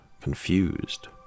confused